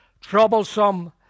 troublesome